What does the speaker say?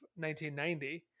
1990